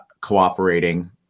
cooperating